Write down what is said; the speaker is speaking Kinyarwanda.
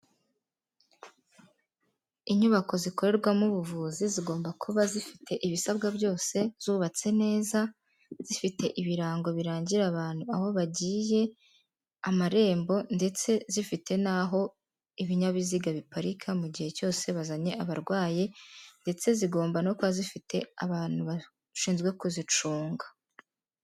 Inyubako zikorerwamo ubuvuzi zigomba kuba zifite ibisabwa byose zubatse neza zifite ibirango birangira abantu aho bagiye, amarembo ndetse zifite n'aho ibinyabiziga biparika mu gihe cyose bazanye abarwayi ndetse zigomba no kuba zifite abantu bashinzwe kuzicunga.